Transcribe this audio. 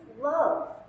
love